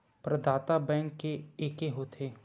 प्रदाता बैंक के एके होथे?